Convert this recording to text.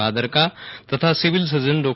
ભાદરકા તથા civil surgeon ડો